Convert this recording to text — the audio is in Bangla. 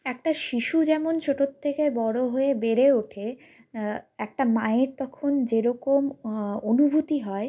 একটা শিশু যেমন ছোটোর থেকে বড় হয়ে বেড়ে ওঠে একটা মায়ের তখন যে রকম অনুভূতি হয়